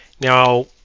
Now